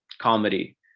comedy